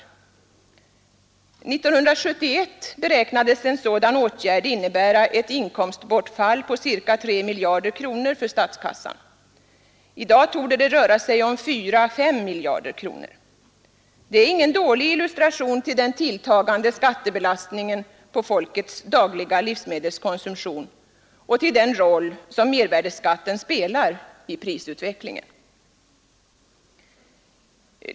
1971 beräknades en sådan åtgärd innebära ett inkomstbortfall på ca 3 miljarder kronor för statskassan. I dag torde det röra sig om 4—5 miljarder kronor. Det är ingen dålig illustration till den tilltagande skattebelastningen på folkets dagliga livsmedelskonsumtion och den roll som mervärdeskatten spelar i prisutvecklingen.